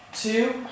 two